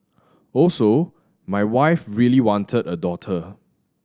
also my wife really wanted a daughter